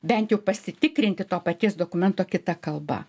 bent jau pasitikrinti to paties dokumento kita kalba